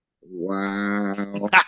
Wow